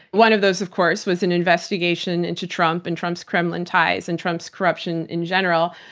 one of those, of course, was an investigation into trump, and trump's kremlin ties, and trump's corruption in general,